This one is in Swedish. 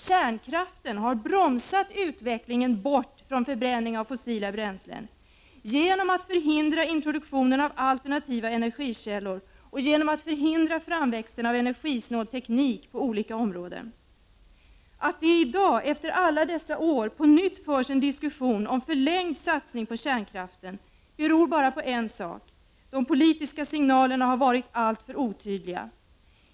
Kärnkraften har bromsat utvecklingen bort från förbränning av fossila bränslen genom att förhindra introduktionen av alternativa energikällor och hindra framväxten av energisnål teknik på olika områden. Att det i dag, efter alla dessa år, på nytt förs en diskussion om förlängd satsning på kärnkraften beror bara på en sak. De politiska signalerna har varit alltför otydliga.